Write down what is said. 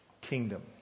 kingdom